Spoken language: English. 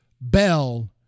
bell